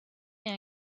est